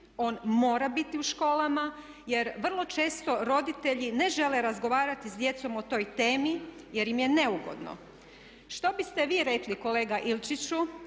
on mora biti u školama jer vrlo često roditelji ne žele razgovarati sa djecom o toj temi jer im je neugodno. Što biste vi rekli kolega Ilčiću